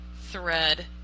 thread